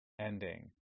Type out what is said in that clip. ending